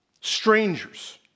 Strangers